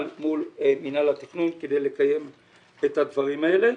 מול מינהל התכנון כדי לקיים את הדברים האלה.